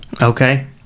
Okay